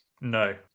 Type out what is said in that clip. No